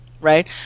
Right